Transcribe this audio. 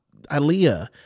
Aaliyah